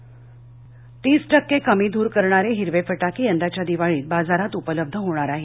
हिरवेफटाके तीस टक्के कमी धूर करणारे हिरवे फटाके यंदाच्या दिवाळीत बाजारात उपलब्ध होणार आहेत